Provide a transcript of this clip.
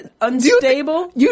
unstable